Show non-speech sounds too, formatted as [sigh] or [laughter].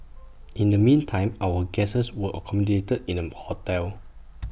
[noise] in the meantime our guests were accommodated in A hotel